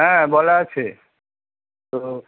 হ্যাঁ বলা আছে তো